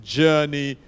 journey